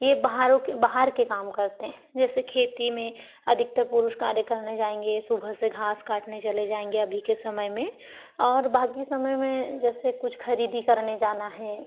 ये बाहरों के बाहर के काम करते हैं जैसे खेती में अधिकतर पुरुष कार्य करने जाएंगे सुबह से घास काटने चले जाएंगे अभी के समय में और बाकी समय में जैसे कुछ खरीदी करने जाना है